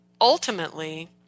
ultimately